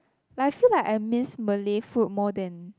like I feel like I miss Malay food more than